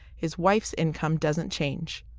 his wife's income doesn't change.